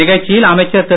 நிகழ்ச்சியில் அமைச்சர் திரு